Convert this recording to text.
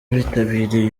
bitabiriye